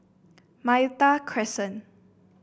Malta Crescent